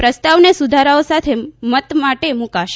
પ્રસ્તાવને સુધારાઓ સાથે મત માટે મૂકાશે